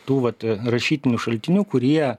tų vat rašytinių šaltinių kurie